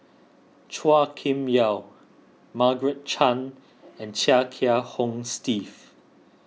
Chua Kim Yeow Margaret Chan and Chia Kiah Hong Steve